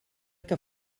que